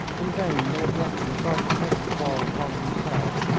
in vain lord rufton tried to take the quarrel upon himself.